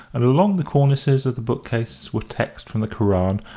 and along the cornices of the book-cases were texts from the koran,